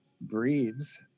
breeds